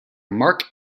mark